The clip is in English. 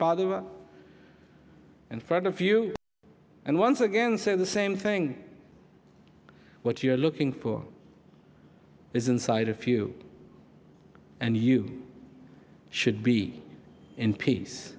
bother in front of you and once again say the same thing what you're looking for is inside a few and you should be in peace